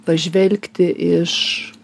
pažvelgti iš